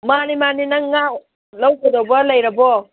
ꯃꯥꯅꯤ ꯃꯥꯅꯤ ꯅꯪ ꯉꯥ ꯉꯥ ꯂꯧꯒꯗꯧꯕ ꯂꯩꯔꯕꯣ